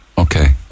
Okay